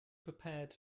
prepared